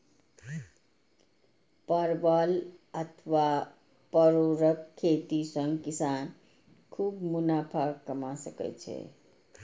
परवल अथवा परोरक खेती सं किसान खूब मुनाफा कमा सकै छै